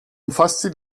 umfasste